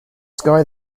sky